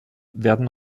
werden